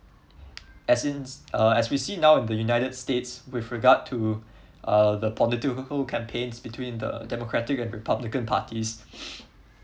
as in uh as we see now in the united states with regard to uh the political campaigns between the democratic and republican parties